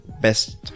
best